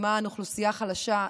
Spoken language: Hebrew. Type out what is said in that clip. למען אוכלוסייה חלשה.